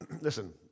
Listen